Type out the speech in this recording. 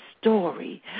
story